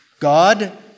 God